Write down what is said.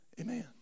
Amen